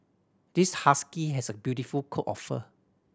this husky has a beautiful coat of fur